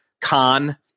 con